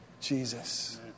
Jesus